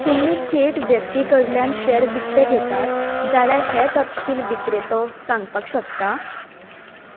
तुमी थेट व्यक्ती कडल्यान शेअर विकतें घेतात जाल्यार हे तपशील विक्रेतो सांगपाक शकता